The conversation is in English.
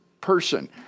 person